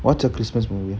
what's a christmas movie